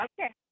Okay